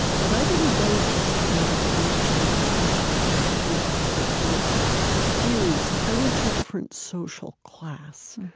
because i didn't go just to another region or to and people with different political views. i went to a different social class.